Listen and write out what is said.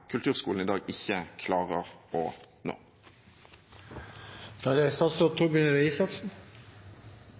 kulturskolen i dag ikke klarer å